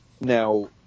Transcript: Now